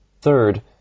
Third